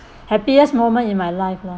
happiest moment in my life lah